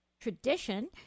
tradition